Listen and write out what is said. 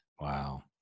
Wow